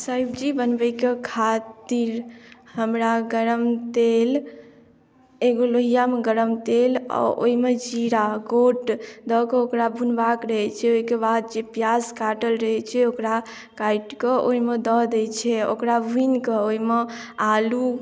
सब्जी बनबैके खातिर हमरा गरम तेल एगो लोहियामे गरम तेल आ ओहिमे जीरा गोट दऽ कऽ ओकरा भुनबाक रहै छै ओहिके बाद जे पियाज काटल रहै छै ओकरा काटि कऽ ओहिमे दऽ दै छै ओकरा भुनि कऽ ओहिमे आलू